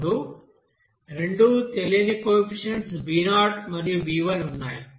ఇప్పుడు రెండు తెలియని కోఎఫిషియెంట్స్ b0 మరియు b1ఉన్నాయి